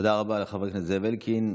תודה רבה לחבר הכנסת זאב אלקין.